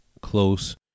Close